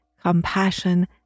compassion